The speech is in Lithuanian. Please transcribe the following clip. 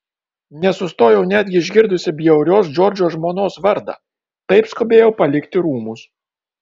nesustojau netgi išgirdusi bjaurios džordžo žmonos vardą taip skubėjau palikti rūmus